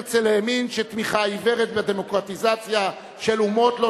הרצל האמין שתמיכה עיוורת בדמוקרטיזציה של אומות לא